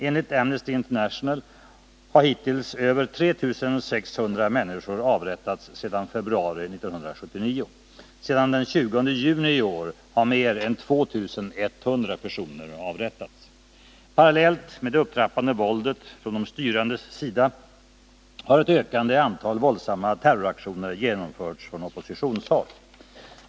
Enligt Amnesty International har hittills över 3 600 människor avrättats sedan februari 1979. Sedan den 20 juni i år har mer än 2 100 personer avrättats. Parallellt med det upptrappade våldet från de styrandes sida har ett ökande antal våldsamma terroraktioner genomförts från oppositionshåll.